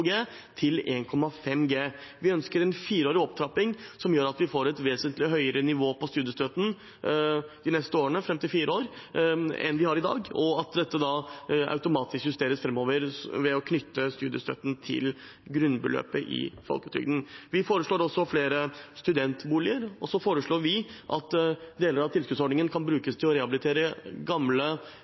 fireårig opptrapping som gjør at vi får et vesentlig høyere nivå på studiestøtten de neste årene – fram til fire år – enn vi har i dag, og at dette automatisk justeres framover ved å knytte studiestøtten til grunnbeløpet i folketrygden. Vi foreslår også flere studentboliger, og så foreslår vi at deler av tilskuddsordningen kan brukes til å rehabilitere gamle